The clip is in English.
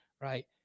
right